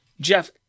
Jeff